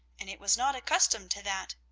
and it was not accustomed to that.